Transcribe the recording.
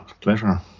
pleasure